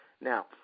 Now